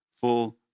full